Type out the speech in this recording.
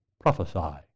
prophesy